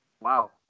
wow